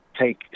take